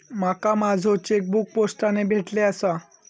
माका माझो चेकबुक पोस्टाने भेटले आसा